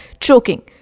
choking